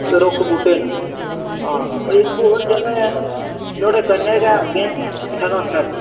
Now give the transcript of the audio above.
रुक्ख बूह्टे न हां इक होर जगह् ऐ नुहाड़े कन्नै गै अग्गें सनासर